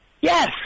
yes